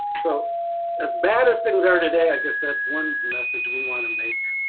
so as bad as things are today, i guess that's one message we want to make,